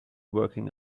working